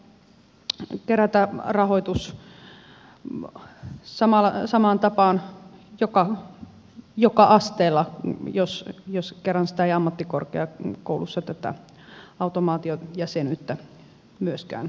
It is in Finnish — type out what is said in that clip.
silloin pitäisi kerätä rahoitus samaan tapaan joka asteella jos kerran tätä automaatiojäsenyyttä ei ammattikorkeakoulussa myöskään hyväksytä